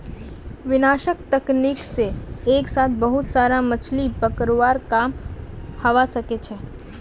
विनाशक तकनीक से एक साथ बहुत सारा मछलि पकड़वार काम हवा सके छे